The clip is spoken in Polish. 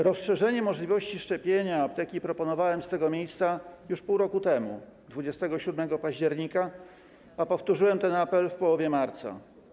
Rozszerzenie możliwości szczepienia o apteki proponowałem z tego miejsca już pół roku temu, 27 października, a powtórzyłem ten apel w połowie marca.